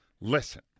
Listen